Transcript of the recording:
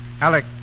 Alec